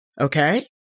Okay